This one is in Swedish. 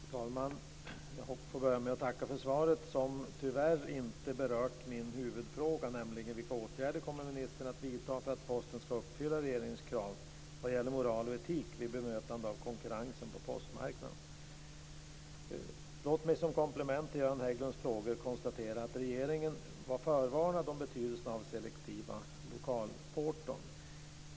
Fru talman! Jag får börja med att tacka för svaret, som tyvärr inte berörde min huvudfråga: vilka åtgärder ministern kommer att vidta för att Posten skall uppfylla regeringens krav vad gäller moral och etik vid bemötande av konkurrensen på postmarknaden. Låt mig som komplement till Göran Hägglunds frågor konstatera att regeringen var förvarnad om betydelsen av selektiva lokalporton.